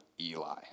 Eli